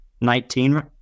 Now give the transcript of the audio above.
nineteen